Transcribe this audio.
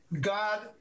god